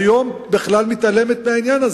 היום בכלל מתעלמת מהעניין הזה.